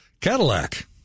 Cadillac